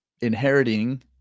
inheriting